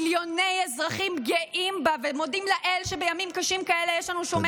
מיליוני אזרחים גאים בה ומודים לאל שבימים קשים כאלה יש לנו שומרת סף.